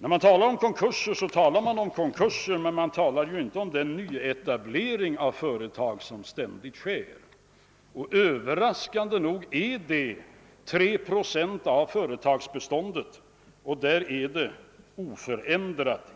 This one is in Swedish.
När man talar om konkurser brukar man inte nämna den nyetablering av företag som samtidigt sker, men överraskande nog har antalet konkurser hittills oförändrat uppgått